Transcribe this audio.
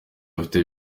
afite